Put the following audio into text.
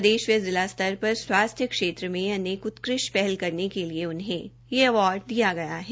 प्रदेश तथा जिला स्तर पर स्वास्थ्य के क्षेत्र में अनेक उत्कृष्ट पहल करने के लिए यह अवार्ड दिया गया है